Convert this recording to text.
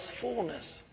fullness